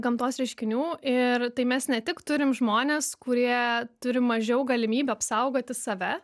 gamtos reiškinių ir tai mes ne tik turim žmones kurie turi mažiau galimybių apsaugoti save